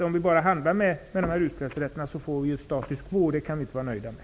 Om vi bara handlar med utsläppsrätterna, får vi ju ett status quo, och det kan vi inte vara nöjda med.